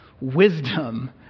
wisdom